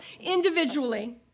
individually